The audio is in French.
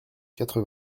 quatre